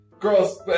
Girls